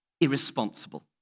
irresponsible